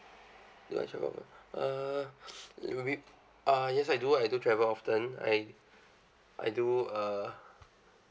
do I travel f~ uh it will be uh yes I do I do travel often I I do uh